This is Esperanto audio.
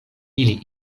ili